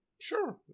Sure